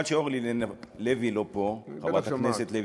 נעבור להצעת החוק האחרונה בסדר-היום: הצעת חוק הגנת הצרכן (תיקון,